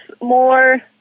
more